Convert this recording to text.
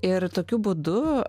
ir tokiu būdu